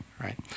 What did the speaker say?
right